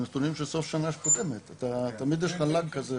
הם הנתונים של סוף שנה קודמת ותמיד יש לך lag כזה.